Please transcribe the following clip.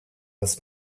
this